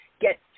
get